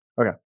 Okay